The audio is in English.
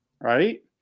Right